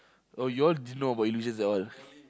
oh you all didn't know about Illusions at all